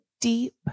deep